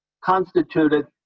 constituted